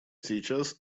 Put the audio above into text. сейчас